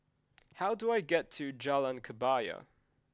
how do I get to Jalan Kebaya